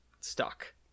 stuck